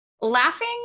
laughing